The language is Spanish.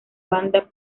banda